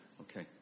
Okay